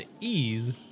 ease